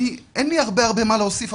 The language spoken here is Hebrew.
אין לי הרבה הרבה מה להוסיף,